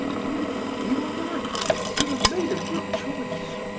you you are right you have made a good choice.